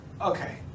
Okay